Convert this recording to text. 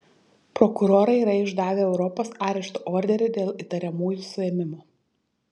prokurorai yra išdavę europos arešto orderį dėl įtariamųjų suėmimo